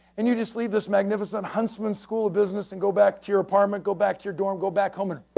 and you just leave this magnificent huntsman school of business and go back to your apartment, go back to your dorm, go back home. and